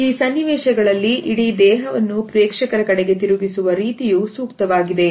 ಈ ಸನ್ನಿವೇಶಗಳಲ್ಲಿ ಇಡೀ ದೇಹವನ್ನು ಪ್ರೇಕ್ಷಕರ ಕಡೆಗೆ ತಿರುಗಿಸುವ ರೀತಿಯು ಸೂಕ್ತವಾಗಿದೆ